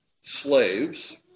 slaves